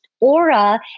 Aura